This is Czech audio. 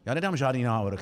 Já nedám žádný návrh.